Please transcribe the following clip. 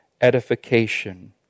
edification